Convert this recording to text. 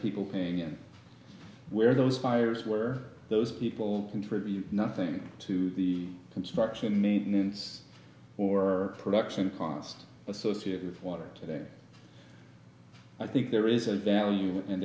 people paying and where those fires were those people contribute nothing to the construction maintenance or production ponce associated with water today i think there is a value and